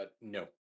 no